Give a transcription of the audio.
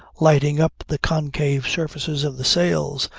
lighting up the concave surfaces of the sails,